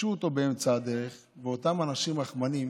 שפגשו אותו באמצע הדרך ואותם אנשים רחמנים